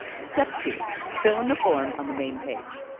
step two, fill in the form on the main page.